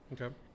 Okay